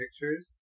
pictures